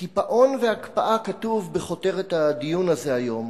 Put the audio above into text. "קיפאון" ו"הקפאה" כתוב בכותרת הדיון הזה היום,